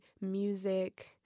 music